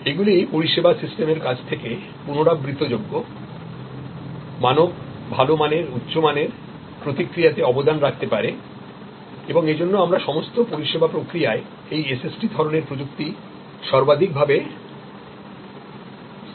এগুলি পরিষেবা সিস্টেমের কাছ থেকে পুনরাবৃত্তযোগ্য মানক ভালমানের উচ্চমানের প্রতিক্রিয়াতে অবদান রাখতে পারে এবং এজন্য আমরা সমস্ত পরিষেবা প্রক্রিয়ায় এই SST ধরনের প্রযুক্তি সর্বাধিক ভাবে স্থাপন করছি